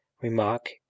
Remark